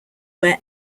where